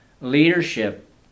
leadership